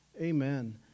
Amen